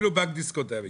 אפילו בנק דיסקונט היה בא.